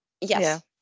yes